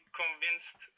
convinced